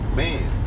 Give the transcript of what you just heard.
man